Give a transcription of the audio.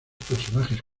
personajes